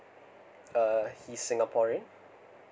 uh he's singaporean